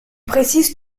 précise